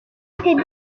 étaient